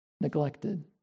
neglected